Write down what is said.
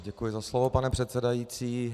Děkuji za slovo, pane předsedající.